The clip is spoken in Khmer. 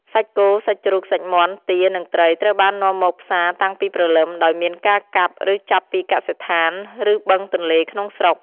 សាច់គោ សាច់ជ្រូក សាច់មាន់ ទា និងត្រី ត្រូវបាននាំមកផ្សារតាំងពីព្រលឹម ដោយមានការកាប់ ឬចាប់ពីកសិដ្ឋាន ឬបឹងទន្លេក្នុងស្រុក។